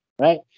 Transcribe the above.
Right